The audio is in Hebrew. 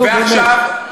נו, באמת.